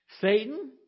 Satan